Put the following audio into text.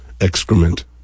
excrement